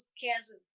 cans